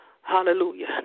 hallelujah